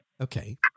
Okay